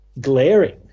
glaring